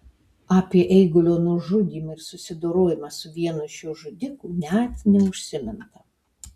apie eigulio nužudymą ir susidorojimą su vienu iš jo žudikų net neužsiminta